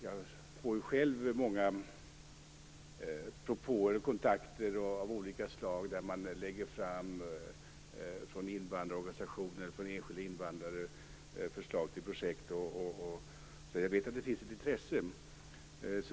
Jag får själv många propåer och har kontakter av olika slag, där invandrarorganisationer och enskilda invandrare lägger fram förslag till projekt, så jag vet att det finns ett intresse.